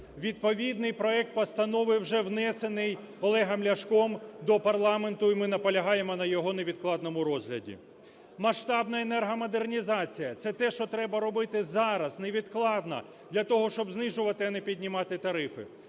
Відповідний проект постанови вже внесений Олегом Ляшком до парламенту, і ми наполягаємо на його невідкладному розгляді. Масштабнаенергомодернізація – це те, що треба робити зараз невідкладно для того, щоб знижувати, а не піднімати тарифи.